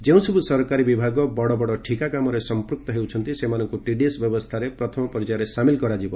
ଯେଉଁସବୁ ସରକାରୀ ବିଭାଗ ବଡ ବଡ ଠିକା କାମରେ ସମ୍ପୃକ୍ତ ହେଉଛନ୍ତି ସେମାନଙ୍କୁ ଟିଡିଏସ ବ୍ୟବସ୍ଥାରେ ପ୍ରଥମ ପର୍ଯ୍ୟାୟ ସାମିଲ କରାଯିବ